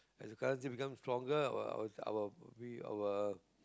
as the currency becoming stronger our our pr~ our